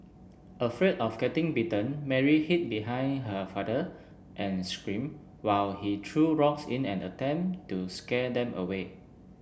afraid of getting bitten Mary hid behind her father and scream while he threw rocks in an attempt to scare them away